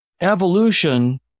evolution